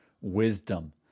wisdom